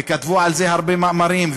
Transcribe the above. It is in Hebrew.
וכתבו על זה הרבה מאמרים,